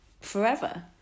forever